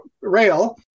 Rail